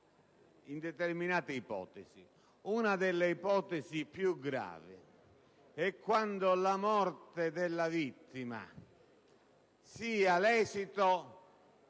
Una delle ipotesi più gravi è quella in cui la morte della vittima è l'esito